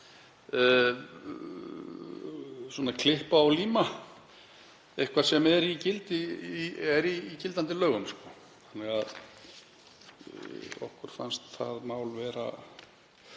að klippa og líma eitthvað sem er í gildandi lögum þannig að okkur fannst það mál alveg